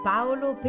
Paolo